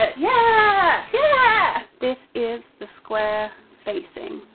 ah yeah! yeah! this is the square facing.